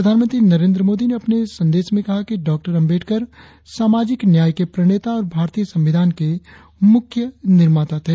प्रधानमंत्री नरेंद्र मोदी ने अपने संदेश में कहा कि डॉ आम्बेडकर सामाजिक न्याय के प्रणेता और भारतीय संविधान के मुख्य निर्माता थे